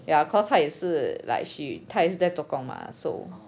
ya cause 她也是 like she 她也是在做工 mah so